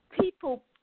people